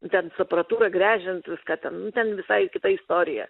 nu ten su aparatūra gręžiant viską ten nu ten visai kita istorija